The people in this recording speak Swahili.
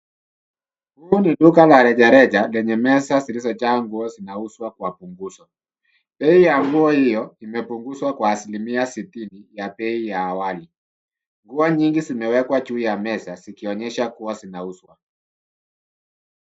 Huu ni duka la rejareja lenye meza zilizojaa nguo zinauzwa kwa punguzo. Bei ya nguo hiyo imepunguzwa kwa asilimia 60 ya bei ya awali. Nguo nyingi zimewekwa juu ya meza zikionyesha kuwa zinauzwa.